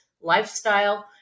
lifestyle